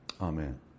Amen